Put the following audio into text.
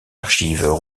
archives